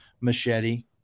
machete